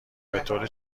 بطور